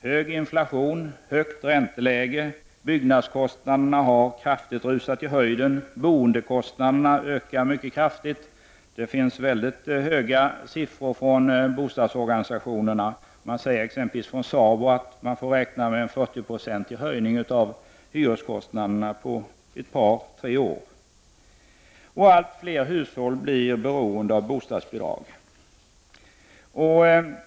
Hög inflation, högt ränteläge, byggnadskostnaderna har kraftigt rusat i höjden, boendekostnaderna har ökat mycket kraftigt. Det finns väldigt höga siffror från bostadsorganisationerna. SABO t.ex. säger att man får räkna med en 40-procentig höjning av hyreskostnaderna på ett par tre år. Allt fler hushåll blir beroende av bostadsbidrag.